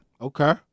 Okay